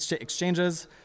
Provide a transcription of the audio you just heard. exchanges